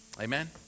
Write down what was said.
Amen